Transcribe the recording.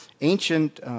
ancient